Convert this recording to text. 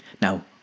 now